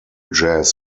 jazz